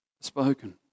spoken